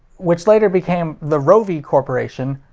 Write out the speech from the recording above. which later became the rovi corporation,